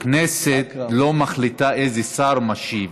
הכנסת לא מחליטה איזה שר משיב.